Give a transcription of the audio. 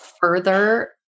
further